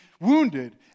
wounded